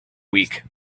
week